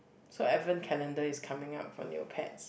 so advent calendar is coming up for Neopets